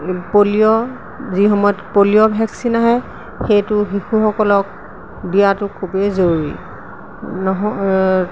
polio যি সময়ত polio vaccine আহে সেইটো শিশুসকলক দিয়াটো খুবেই জৰুৰী নহয়